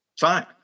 fine